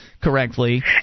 correctly